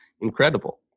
incredible